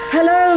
Hello